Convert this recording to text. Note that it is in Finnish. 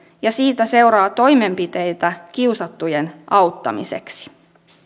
ja siitä seuraa toimenpiteitä kiusattujen auttamiseksi